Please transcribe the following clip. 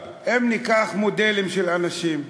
אם ניקח מודלים של אנשים,